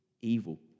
evil